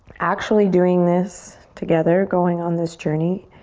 actually doing this together, going on this journey.